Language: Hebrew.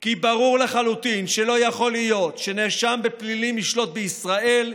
כי ברור לחלוטין שלא יכול להיות שנאשם בפלילים ישלוט בישראל,